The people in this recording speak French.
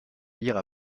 lire